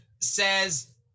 says